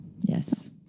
Yes